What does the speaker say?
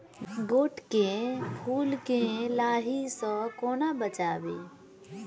गोट केँ फुल केँ लाही सऽ कोना बचाबी?